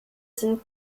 sind